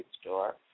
store